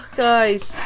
guys